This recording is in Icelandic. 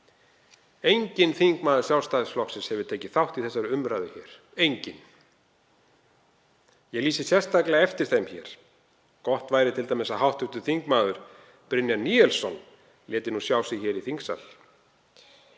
Enginn þingmaður Sjálfstæðisflokksins hefur tekið þátt í þessari umræðu. Enginn. Ég lýsi sérstaklega eftir þeim hér. Gott væri t.d. að hv. þm. Brynjar Níelsson léti nú sjá sig í þingsal.